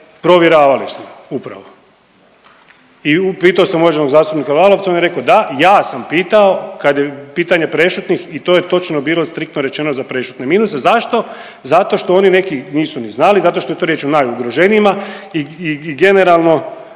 provjeravali smo upravo i pitao sam uvaženog zastupnika Lalovca on je rekao da ja sam pitao kad je pitanje prešutnih i to je točno bilo striktno rečeno za prešutne minuse. Zašto? Zato što oni neki nisu ni znali zato što je to riječ o najugroženijima i generalno